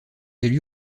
élus